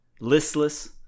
Listless